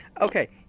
Okay